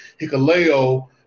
Hikaleo